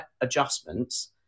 adjustments